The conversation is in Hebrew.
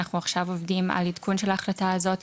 אנחנו עכשיו עובדים על עדכון של ההחלטה הזו,